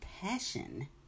Passion